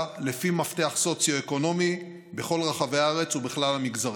לפי מפתח סוציו-אקונומי בכל רחבי הארץ ובכלל המגזרים.